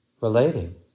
relating